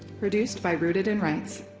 produced by rooted in rights.